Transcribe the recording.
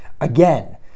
Again